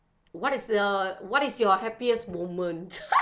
what is uh what is your happiest moment